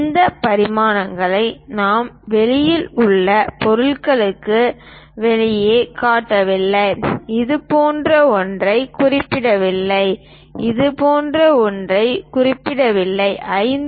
இந்த பரிமாணங்களை நாம் வெளியில் உள்ள பொருளுக்கு வெளியே காட்டவில்லை இது போன்ற ஒன்றைக் குறிப்பிடவில்லை இது போன்ற ஒன்றைக் குறிப்பிடவில்லை 5